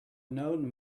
known